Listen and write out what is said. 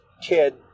kid